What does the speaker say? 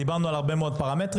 דיברנו על הרבה מאוד פרמטרים.